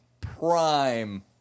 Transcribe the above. prime